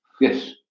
yes